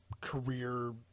career